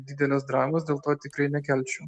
didelės dramos dėl to tikrai nekelčiau